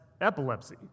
Epilepsy